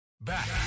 Back